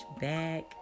back